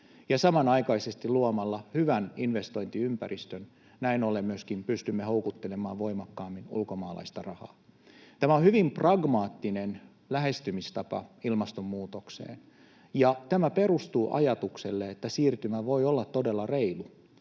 samanaikaisesti luomalla hyvän investointiympäristön näin ollen myöskin pystymme houkuttelemaan voimakkaammin ulkomaalaista rahaa. Tämä on hyvin pragmaattinen lähestymistapa ilmastonmuutokseen, ja tämä perustuu ajatukselle, että siirtymä voi olla todella reilu,